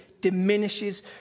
diminishes